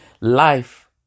Life